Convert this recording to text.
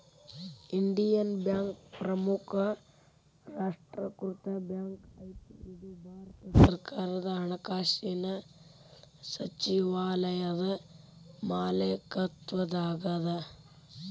Indian Bank ಪ್ರಮುಖ ರಾಷ್ಟ್ರೇಕೃತ bank ಐತಿ ಇದು ಭಾರತ ಸರ್ಕಾರದ ಹಣಕಾಸಿನ್ ಸಚಿವಾಲಯದ ಮಾಲೇಕತ್ವದಾಗದ